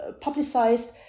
publicized